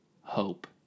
hope